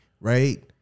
right